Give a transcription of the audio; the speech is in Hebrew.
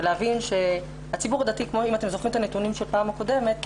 אתם זוכרים את הנתונים מהפעם הקודמת,